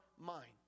mind